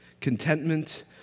Contentment